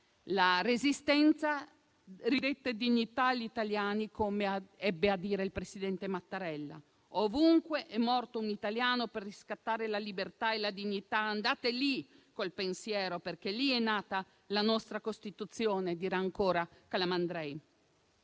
la Resistenza ridette dignità agli italiani, come ebbe a dire il presidente Mattarella. Ovunque è morto un italiano per riscattare la libertà e la dignità, andate lì col pensiero, perché lì è nata la nostra Costituzione, dirà ancora Calamandrei.